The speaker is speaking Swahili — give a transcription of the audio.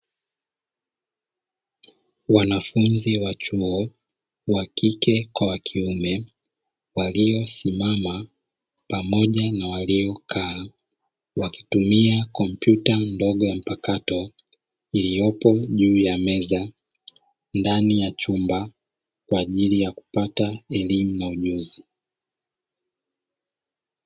Wanafunzi wa chuo wakike kwa wakiume waliosimama pamoja na waliokaa wakitumia kompyuta ndogo mpakato, iliyopo juu ya meza ndani ya chumba kwaajili ya kupata elimu na ujuzi.